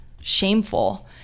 shameful